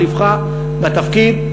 מחליפך בתפקיד.